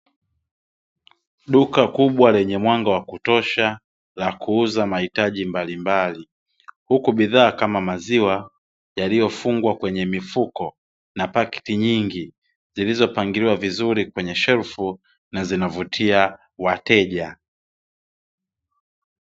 Duka kubwa lenye mwanga wa kutosha la kuuza mahitaji mbali mbali, huku bidhaa kama maziwa yalio fungwa kwenye mifuko na pakti nyingi zilizo pangiliwa vizuri kwenye shelfu na zinavutia wateja.